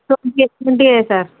twenty ట్వంటీయే sir